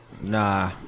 Nah